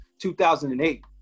2008